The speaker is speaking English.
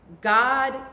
God